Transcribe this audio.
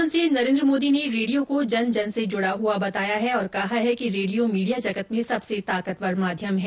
प्रधानमंत्री नरेन्द्र मोदी ने रेडियो को जन जन से जुड़ा हुआ बताया है और कहा है कि रेडियों मीडिया जगत में सबसे ताकतवर माध्यम है